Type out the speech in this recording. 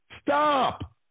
Stop